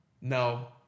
No